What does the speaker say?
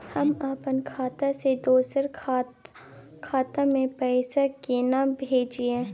हम अपन खाता से दोसर के खाता में पैसा केना भेजिए?